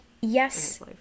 yes